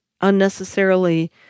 unnecessarily